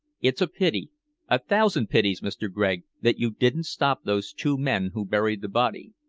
it's a pity a thousand pities, mr. gregg, that you didn't stop those two men who buried the body.